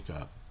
up